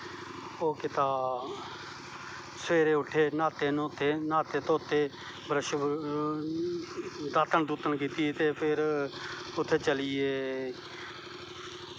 ओह् कीता सवेरैं उट्ठे न्हाते धोत्ते दात्तन दूत्तन कीती ते फिर उत्थें चली गे